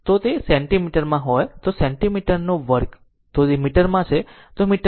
જો તે સેન્ટીમીટરમાં હોય તો સેન્ટીમીટર2 જો તે મીટરમાં છે તો મીટર2 માં મૂકો જમણે